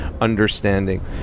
understanding